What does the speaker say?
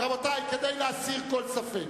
כדי להסיר כל ספק,